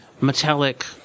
metallic